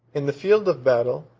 in the field of battle,